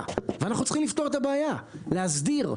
הבעיה, ואנחנו צריכים לפתור את הבעיה, להסדיר.